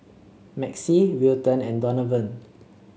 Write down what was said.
Maxie Wilton and Donavan